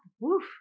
woof